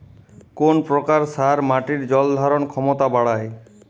কোন প্রকার সার মাটির জল ধারণ ক্ষমতা বাড়ায়?